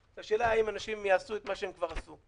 לשאלה אם אנשים יעשו את מה שהם כבר עשו.